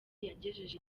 yagejeje